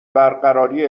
برقراری